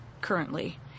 currently